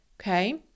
okay